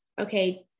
okay